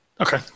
Okay